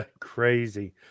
Crazy